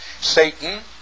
Satan